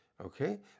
Okay